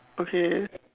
okay